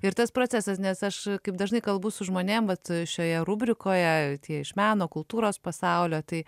ir tas procesas nes aš kaip dažnai kalbu su žmonėm vat šioje rubrikoje tie iš meno kultūros pasaulio tai